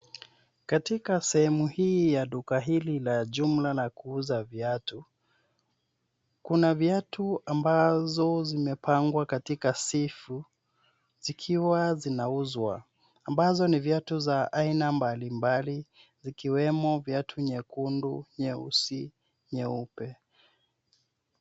Katika sehemu hii ya duka hii ya jumla ya kuuza viatu, kuna viatu ambazo zimepangwa katika sifu zikiwa zinauzwa ambazo ni viatu za aina mbali mbali zikiwemo viatu nyekundu, nyeusi, nyeupe.